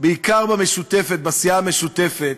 בעיקר בסיעה המשותפת,